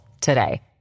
today